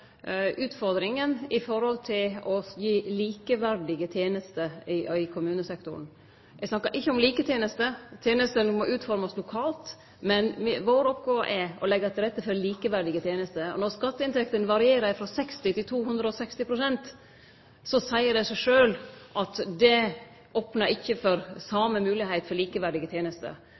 utfordringa når det gjeld å gi likeverdige tenester i kommunesektoren. Eg snakkar ikkje om like tenester. Tenestene må utformast lokalt. Men vår oppgåve er å leggje til rette for likeverdige tenester. Og når skatteinntektene varierer frå 60 pst. til 260 pst., seier det seg sjølv at det ikkje opnar for same moglegheit for likeverdige tenester.